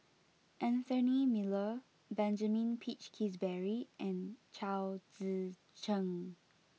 Anthony Miller Benjamin Peach Keasberry and Chao Tzee Cheng